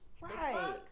Right